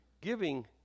giving